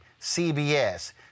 CBS